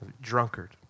drunkard